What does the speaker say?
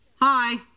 hi